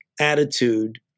attitude